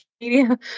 media